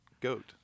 Goat